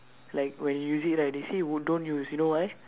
like when you use it right they say w~ don't use you know why